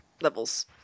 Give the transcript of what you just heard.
levels